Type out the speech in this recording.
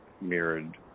mirrored